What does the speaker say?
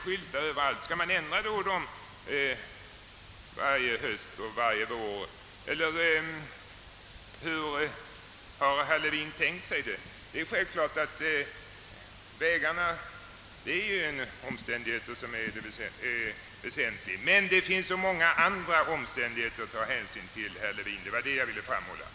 Skall skyltarna ändras varje höst och varje vår, eller hur har herr Levin tänkt sig det? Vägarnas beskaffenhet är naturligtvis en väsentlig omständighet, men det finns så många andra omständigheter att ta hänsyn till, herr Levin, och det var detta jag ville framhålla.